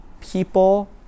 people